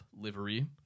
livery